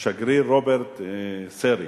השגריר רוברט סרי.